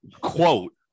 quote